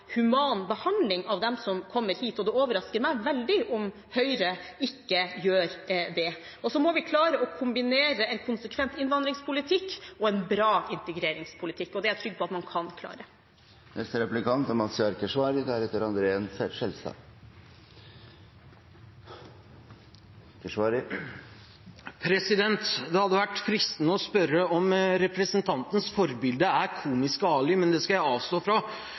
human behandling av dem som kommer hit. Det overrasker meg veldig om Høyre ikke gjør det. Man må klare å kombinere en konsekvent innvandringspolitikk og en bra integreringspolitikk. Det er jeg trygg på at man kan klare. Det hadde vært fristende å spørre om representantens forbilde er Komiske Ali, men det skal jeg avstå fra.